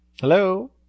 Hello